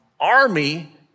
army